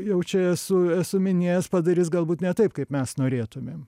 jau čia esu esu minėjęs padarys galbūt ne taip kaip mes norėtumėm